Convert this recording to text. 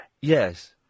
Yes